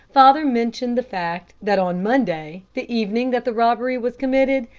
father mentioned the fact that on monday, the evening that the robbery was committed,